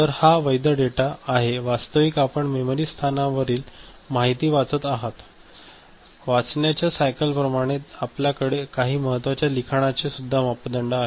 तर हा वैध डेटा आहे वास्तविक आपण मेमरी स्थानावरील माहिती वाचत आहात वाचण्याच्या सायकल प्रमाणेच आपल्याकडे काही महत्त्वाचे लिखाणाचे सुद्धा मापदंड आहेत